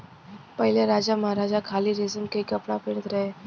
पहिले राजामहाराजा खाली रेशम के ही कपड़ा पहिनत रहे